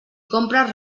compres